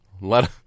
Let